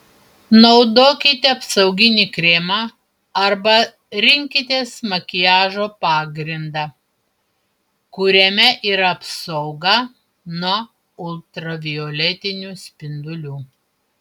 naudokite apsauginį kremą arba rinkitės makiažo pagrindą kuriame yra apsauga nuo ultravioletinių spindulių